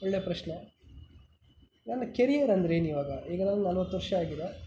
ಒಳ್ಳೆ ಪ್ರಶ್ನೆ ನನ್ನ ಕೆರಿಯರ್ ಅಂದರೆ ಏನಿವಾಗ ಈಗ ನನಗೆ ನಲ್ವತ್ತು ವರ್ಷ ಆಗಿದೆ